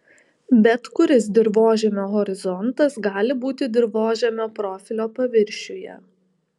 bet kuris dirvožemio horizontas gali būti dirvožemio profilio paviršiuje